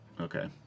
Okay